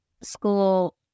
school